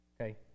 Okay